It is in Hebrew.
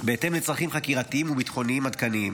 בהתאם לצרכים חקירתיים וביטחוניים עדכניים.